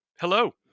Hello